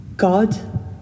God